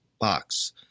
box